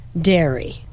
dairy